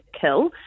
kill